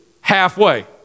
halfway